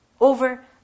Over